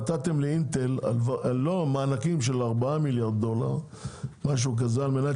נתתם ל"אינטל" מענקים של ארבע המיליארד דולר על מנת